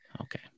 Okay